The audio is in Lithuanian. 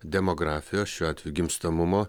demografijos šiuo atveju gimstamumo